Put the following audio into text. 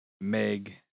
Meg